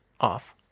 off